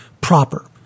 proper